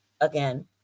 again